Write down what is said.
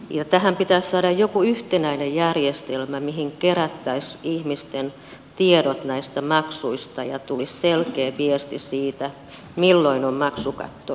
tähän pitäisi saada joku yhtenäinen järjestelmä mihin kerättäisiin ihmisten tiedot näistä maksuista ja tulisi selkeä viesti siitä milloin on maksukatto ylittynyt